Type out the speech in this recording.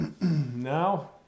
Now